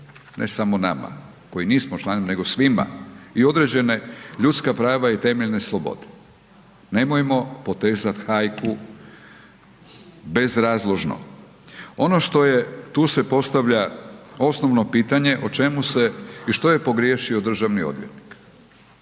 ne samo nama koji nismo članovi, nego svima i određene ljudska prava i temeljne slobode. Nemojmo potezati hajku bezrazložno. Ono što je tu se postavlja osnovno pitanje, o čemu se i što je pogriješio državni odvjetnik?